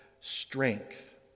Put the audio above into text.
strength